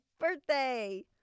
birthday